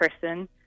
person